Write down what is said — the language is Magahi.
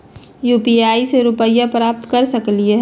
यू.पी.आई से रुपए प्राप्त कर सकलीहल?